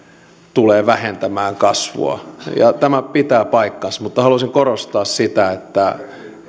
tulee vähentämään kasvua tämä pitää paikkansa mutta haluaisin korostaa sitä että